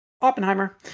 oppenheimer